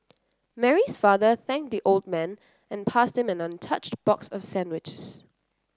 Mary's father thanked the old man and passed him an untouched box of sandwiches